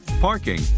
parking